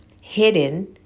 hidden